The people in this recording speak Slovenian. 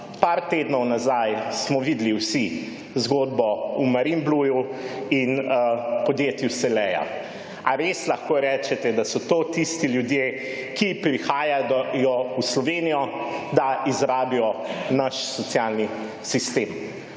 Par tednov nazaj smo videli vsi zgodbo v Marinbluju in podjetju Selea. A res lahko rečete, da so to tisti ljudje, ki prihajajo v Slovenijo, da izrabijo naš socialni sistem?